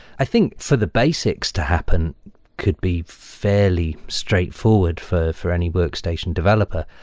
i think for the basics to happen could be fairly straightforward for for any workstation developer.